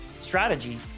strategy